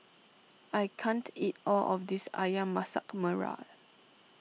I can't eat all of this Ayam Masak Merah